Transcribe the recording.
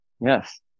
Yes